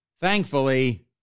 Thankfully